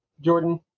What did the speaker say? Jordan